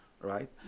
right